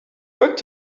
work